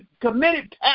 committed